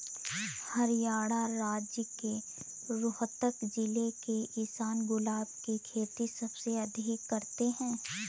हरियाणा राज्य के रोहतक जिले के किसान गुलाब की खेती सबसे अधिक करते हैं